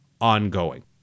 ongoing